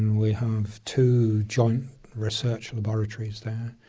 and we have two joint research laboratories there,